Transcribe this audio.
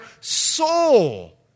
soul